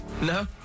No